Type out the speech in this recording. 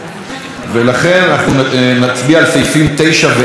אנחנו נצביע על סעיפים 9 ו-10 לחוק,